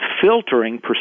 filtering